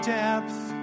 depth